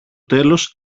τέλος